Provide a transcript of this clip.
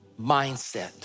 mindset